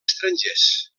estrangers